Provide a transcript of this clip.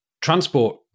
Transport